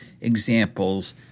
examples